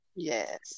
Yes